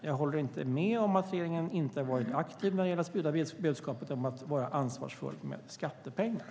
Jag håller inte med om att regeringen inte varit aktiv när det gäller att sprida budskapet att vara ansvarsfull med skattepengar.